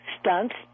stunts